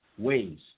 ways